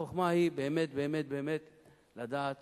החוכמה היא באמת באמת באמת לדעת